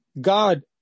God